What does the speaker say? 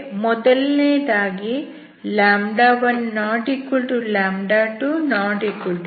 ಮೊದಲನೆಯದಾಗಿ 123